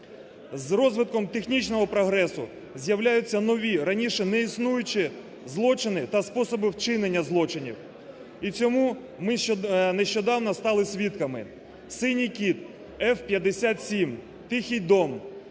З розвитком технічного прогресу з'являються нові, раніше неіснуючі, злочини та способи вчинення злочинів, і цьому ми нещодавно стали свідками. "Синій кит", "Ф-57", "Тихий дом",